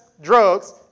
drugs